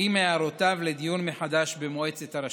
עם הערותיו לדיון מחודש במועצת הרשות.